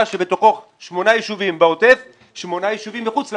שבתוכו שמונה ישובים בעוטף ושמונה ישובים מחוץ לעוטף.